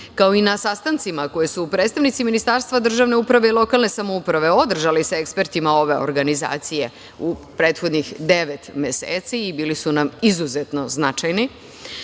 kao i na sastancima koje su predstavnici Ministarstva državne uprave i lokalne samouprave održali sa ekspertima ove organizacije u prethodnih devet meseci i bili su nam izuzetno značajni,